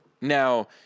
now